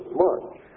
march